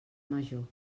major